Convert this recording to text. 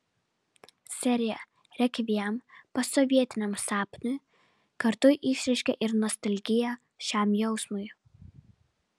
serija rekviem posovietiniam sapnui kartu išreiškia ir nostalgiją šiam jausmui